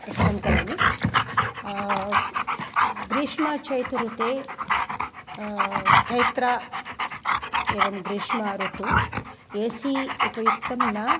explain करोमि ग्रीष्मः चैत्रः ऋतौ चैत्रः एवं ग्रीष्मर्तौ ए सि उपयुक्तं न